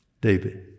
David